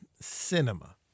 Cinema